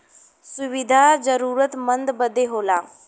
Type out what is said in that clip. सुविधा जरूरतमन्द बदे होला